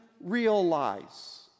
realize